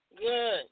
Good